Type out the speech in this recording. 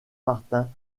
martin